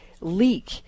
leak